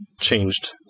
changed